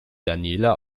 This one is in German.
daniela